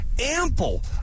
ample